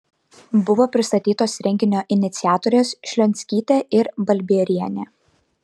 buvo pristatytos renginio iniciatorės šlionskytė ir balbierienė